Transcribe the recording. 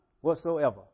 whatsoever